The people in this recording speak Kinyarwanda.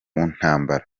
ntambara